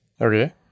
Okay